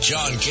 John